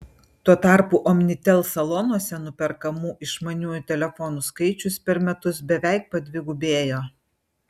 tuo tarpu omnitel salonuose nuperkamų išmaniųjų telefonų skaičius per metus beveik padvigubėjo